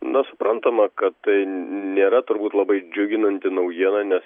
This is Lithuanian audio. na suprantama kad tai nėra turbūt labai džiuginanti naujiena nes